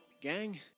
Gang